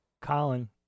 Colin